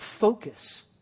focus